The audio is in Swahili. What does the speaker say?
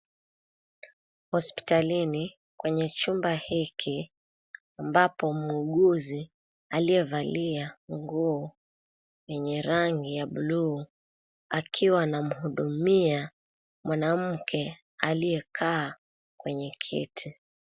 Hospitalini kwenye chumba hiki ambapo muuguzi aliyevalia nguo yenye rangi ya bluu akiwa anamhudumia mwanamke aliyekaa kwenye kiti.